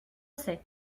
sais